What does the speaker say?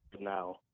now